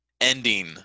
ending